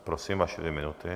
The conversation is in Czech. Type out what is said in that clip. Tak prosím, vaše dvě minuty.